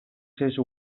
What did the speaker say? sexu